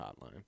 Hotline